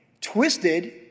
twisted